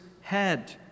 head